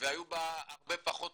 והיו בה הרבה פחות